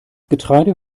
getreide